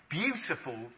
beautiful